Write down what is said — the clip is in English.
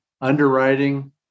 underwriting